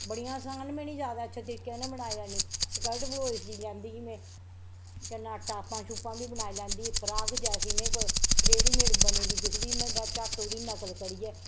बड़ियां असान बी नी ज्यादा अच्छे तरीके कन्नै बनाई लैन्नी स्कल्ट ब्लोज सीह् लैंदी ही मैं कन्नै टापां शूपां बी बनाई लैंदी ही फ्राक जैसी में कोई रेडीमेड बनी दी दिखदी ही में झट्ट ओह्दी नकल करियै